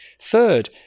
Third